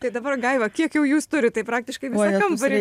tai dabar gaiva kiek jau jūs turit tai praktiškai visą kambarį